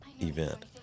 event